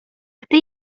gdy